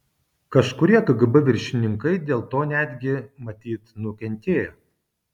kažkurie kgb viršininkai dėl to netgi matyt nukentėjo